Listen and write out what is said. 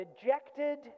dejected